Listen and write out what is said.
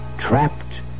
Trapped